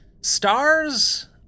Stars